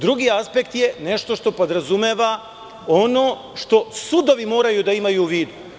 Drugi aspekt je nešto što podrazumeva ono što sudovi moraju da imaju u vidu.